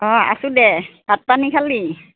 অঁ আছোঁ দে ভাত পানী খালি